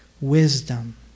wisdom